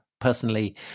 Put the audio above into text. personally